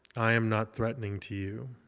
i am not threatening to you